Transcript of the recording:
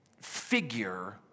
figure